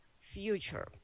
future